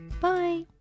Bye